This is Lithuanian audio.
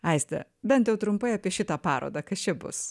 aistę bent trumpai apie šitą parodą kas čia bus